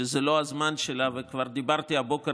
שזה לא הזמן שלה וכבר דיברתי הבוקר